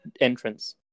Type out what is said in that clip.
entrance